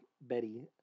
Betty